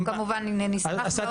אנחנו כמובן נשמח מאוד לשמוע אותו.